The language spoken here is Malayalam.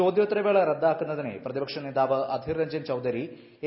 ചോദ്യോത്തരവേള റദ്ദാക്കുന്നതിനെ പ്രതിപക്ഷനേതാവ് അധീർ രഞ്ജൻ ചൌധരി എ